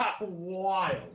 wild